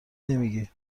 نمیگی